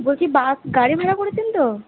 বলছি বাস গাড়ি ভাড়া করেছেন তো